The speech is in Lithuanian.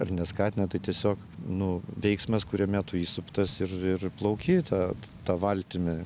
ar neskatina tai tiesiog nu veiksmas kuriame tu įsuptas ir ir plauki ta ta valtimi